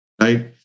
Right